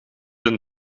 een